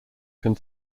can